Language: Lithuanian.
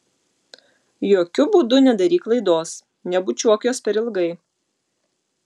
jokiu būdu nedaryk klaidos nebučiuok jos per ilgai